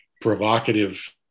provocative